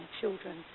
children